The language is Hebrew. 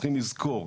צריכים לזכור,